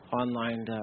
online